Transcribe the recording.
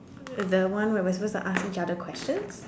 the one where we're supposed to ask each other questions